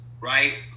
Right